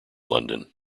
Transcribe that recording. london